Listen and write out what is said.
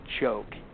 joke